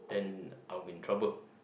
then I'll be in trouble